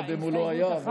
קודם הוא לא היה,